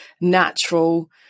natural